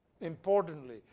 importantly